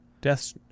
death